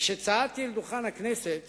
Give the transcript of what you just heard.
כשצעדתי אל דוכן הכנסת